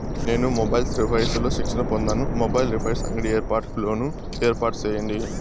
నేను mobiles repairs లో శిక్షణ పొందాను, మొబైల్ రిపైర్స్ అంగడి ఏర్పాటుకు లోను ఏర్పాటు సేయండి?